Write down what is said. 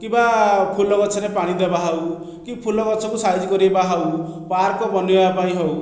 କିମ୍ବା ଫୁଲ ଗଛରେ ପାଣି ଦେବା ହେଉ କି ଫୁଲ ଗଛକୁ ସାଇଜ଼ କରିବା ହେଉ ପାର୍କ ବନେଇବା ପାଇଁ ହେଉ